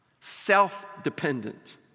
self-dependent